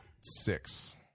Six